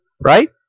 Right